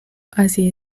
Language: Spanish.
hacia